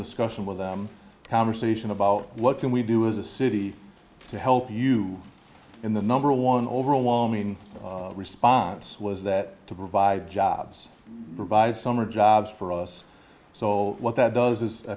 discussion with them a conversation about what can we do as a city to help you in the number one overall mean response was that to provide jobs provide summer jobs for us so what that does is i